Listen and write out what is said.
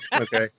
Okay